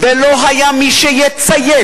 ולא היה מי שיצייץ,